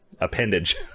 appendage